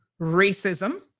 racism